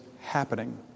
happening